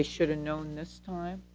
they should've known this time